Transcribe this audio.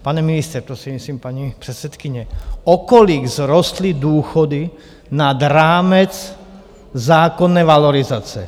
Pane ministře, prostřednictvím paní předsedkyně, o kolik vzrostly důchody nad rámec zákonné valorizace?